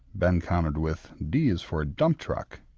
ben countered with, d is for dump truck.